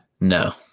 No